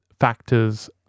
factors